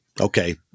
okay